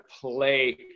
play